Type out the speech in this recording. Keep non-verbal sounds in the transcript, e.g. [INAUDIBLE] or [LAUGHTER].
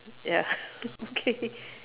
ya [LAUGHS] okay